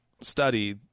study